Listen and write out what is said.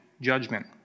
judgment